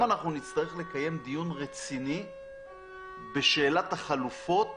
נצרך לקיים דיון רציני בשאלת החלופות